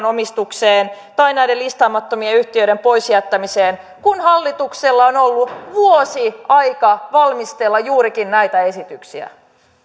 omistukseen tai näiden listaamattomien yhtiöiden pois jättämiseen kun hallituksella on ollut vuosi aikaa valmistella juurikin näitä esityksiä